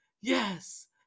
yes